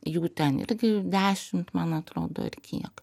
jų ten irgi dešimt man atrodo ar kiek